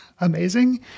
amazing